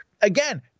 again